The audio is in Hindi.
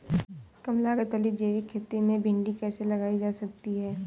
कम लागत वाली जैविक खेती में भिंडी कैसे लगाई जा सकती है?